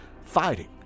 fighting